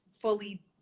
fully